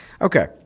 Okay